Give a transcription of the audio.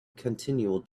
continual